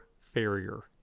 Farrier